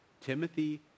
Timothy